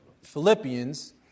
Philippians